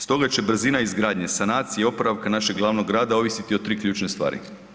Stoga će brzina izgradnje, sanacije i oporavka našeg glavnog grada ovisiti o 3 ključne stvari.